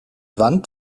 wand